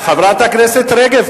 חברת הכנסת רגב,